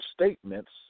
statements